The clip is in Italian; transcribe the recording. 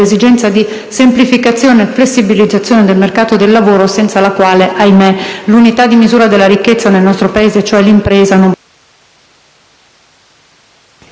quell'esigenza di semplificazione e flessibilizzazione del mercato del lavoro senza la quale, ahimè, l'unità di misura della ricchezza nel nostro Paese, cioè l'impresa... *(Il microfono